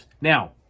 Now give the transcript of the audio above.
now